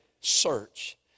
search